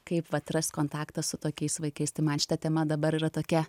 kaip atrast kontaktą su tokiais vaikais tai man šita tema dabar yra tokia